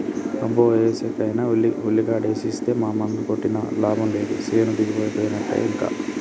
అబ్బో ఏసేనైనా ఉల్లికాడేసి ఇస్తే ఏ మందు కొట్టినా లాభం లేదు సేను దిగుబడిపోయినట్టే ఇంకా